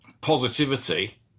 positivity